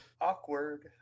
Awkward